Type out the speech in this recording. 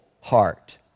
heart